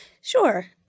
Sure